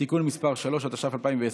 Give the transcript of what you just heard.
(תיקון מס' 3) (הוראת שעה לעניין מינוי נאמן),